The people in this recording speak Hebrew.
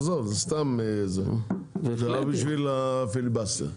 עזוב, זה סתם, זה רק בשביל הפיליבסטר.